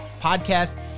podcast